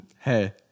Hey